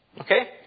okay